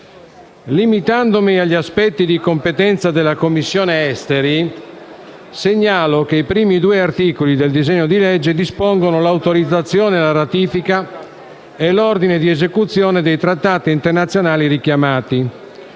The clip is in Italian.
Limitandomi agli aspetti di competenza della Commissione esteri, segnalo che i primi due articoli del disegno di legge dispongono l'autorizzazione alla ratifica e l'ordine di esecuzione dei trattati internazionali richiamati.